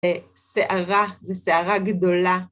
סערה, זה סערה גדולה.